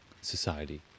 society